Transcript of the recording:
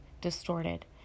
distorted